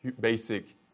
basic